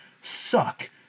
suck